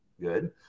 good